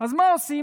אז מה עושים?